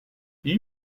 you